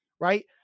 right